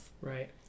Right